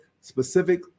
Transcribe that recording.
specific